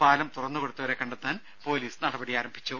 പാലം തുറന്നു കൊടുത്തവരെ കണ്ടെത്താൻ പൊലീസ് നടപടി ആരംഭിച്ചു